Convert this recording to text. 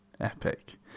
epic